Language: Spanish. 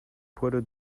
puedo